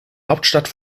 hauptstadt